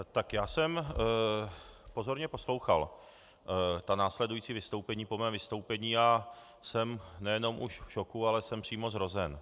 Tak já jsem pozorně poslouchal ta následující vystoupení po mém vystoupení a jsem nejenom už v šoku, ale jsem přímo zhrozen.